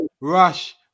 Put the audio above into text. Rush